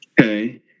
Okay